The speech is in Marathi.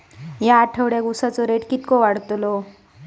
या आठवड्याक उसाचो रेट किती वाढतलो?